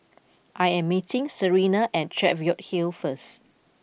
I am meeting Serina at Cheviot Hill first